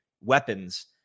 weapons